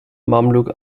mamluk